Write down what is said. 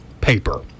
paper